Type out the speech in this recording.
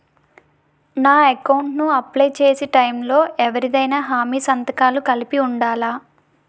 నా అకౌంట్ ను అప్లై చేసి టైం లో ఎవరిదైనా హామీ సంతకాలు కలిపి ఉండలా?